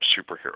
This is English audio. superhero